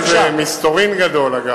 אין כאן איזה מסתורין גדול, אגב.